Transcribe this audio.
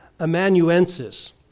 amanuensis